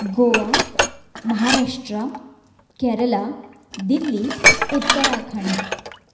Goa Maharashtra Kerala Delhi Uttarakhand